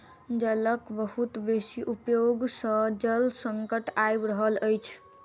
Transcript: जलक बहुत बेसी उपयोग सॅ जल संकट आइब रहल अछि